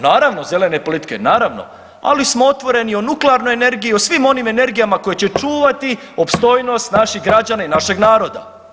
Naravno zelene politike, naravno, ali smo otvoreni o nuklearnoj energiji i o svim onim energijama koje će čuvati opstojnost naših građana i našeg naroda.